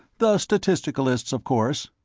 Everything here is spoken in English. the statisticalists, of course.